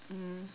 mm